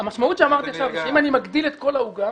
המשמעות שאמרתי עכשיו היא שאם אני מגדיל את כל העוגה,